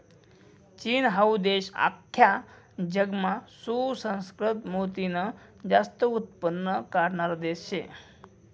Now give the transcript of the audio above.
चीन हाऊ देश आख्खा जगमा सुसंस्कृत मोतीनं जास्त उत्पन्न काढणारा देश शे